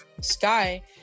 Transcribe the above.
sky